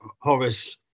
Horace